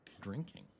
drinking